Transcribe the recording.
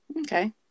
Okay